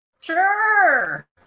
Sure